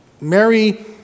Mary